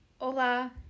Hola